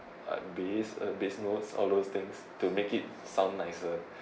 uh bass uh bass notes all those things to make it sound nicer